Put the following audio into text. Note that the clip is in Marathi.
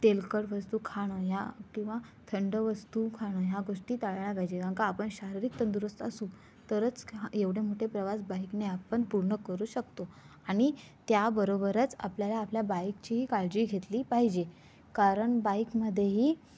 तेलकट वस्तू खाणं ह्या किंवा थंड वस्तू खाणं ह्या गोष्टी टाळल्या पाहिजे कारण का आपण शारीरिक तंदुरुस्त असू तरच क्यहां एवढे मोठे प्रवास बाईकने आपण पूर्ण करू शकतो आणि त्याबरोबरच आपल्याला आपल्या बाईकचीही काळजी घेतली पाहिजे कारण बाइकमध्येही